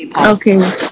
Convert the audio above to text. okay